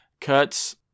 Kurtz